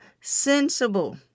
sensible